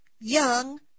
young